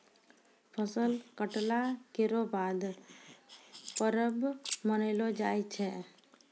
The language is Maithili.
फसल कटला केरो बाद परब मनैलो जाय छै